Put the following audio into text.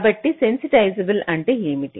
కాబట్టి సెన్సిటైజబల్ అంటే ఏమిటి